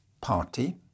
party